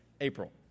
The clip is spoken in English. April